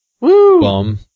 Woo